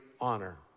honor